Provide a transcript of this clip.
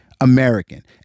American